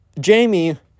Jamie